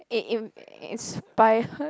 eh inspired